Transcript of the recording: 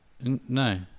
no